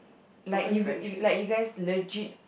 like you g~ like you guys legit